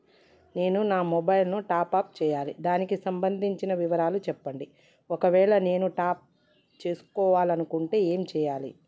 నేను నా mobile top up చేయాలి దానికి సంబంధించిన వివరాలు చెప్పండి ఒకవేళ నేను టాప్ చేసుకోవాలనుకుంటే ఏం చేయాలి?